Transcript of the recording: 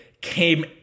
came